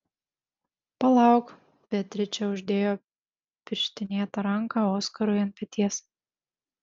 palauk beatričė uždėjo pirštinėtą ranką oskarui ant peties